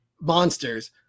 monsters